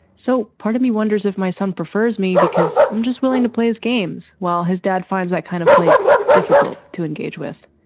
so part of me wonders if my son prefers me because i'm just willing to play his games while his dad finds that kind of play difficult to engage with.